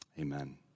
amen